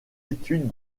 études